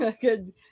Good